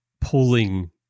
pulling